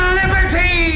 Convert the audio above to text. liberty